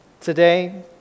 today